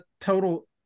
total